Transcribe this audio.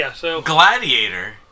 Gladiator